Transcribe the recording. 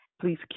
Please